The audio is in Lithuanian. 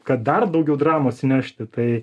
kad dar daugiau dramos įnešti tai